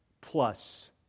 plus